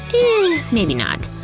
ah, maybe not.